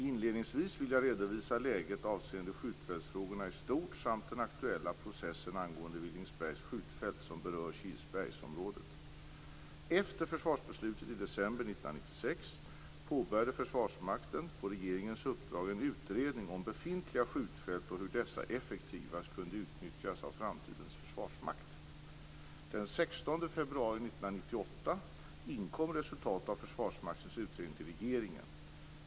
Inledningsvis vill jag redovisa läget avseende skjutfältsfrågorna i stort samt den aktuella processen angående Villingsbergs skjutfält, som berör Kilsbergenområdet. Försvarsmakten på regeringens uppdrag en utredning om befintliga skjutfält och hur dessa effektivast skulle kunna utnyttjas av framtidens försvarsmakt. Den 16 februari 1998 inkom resultatet av Försvarsmaktens utredning till regeringen.